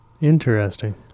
Interesting